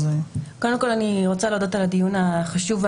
אני רוצה להודות על הדיון החשוב,